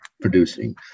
producing